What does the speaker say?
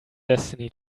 destiny